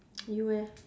you eh